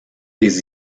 des